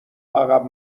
عقب